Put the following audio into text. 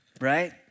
right